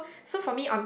so for me on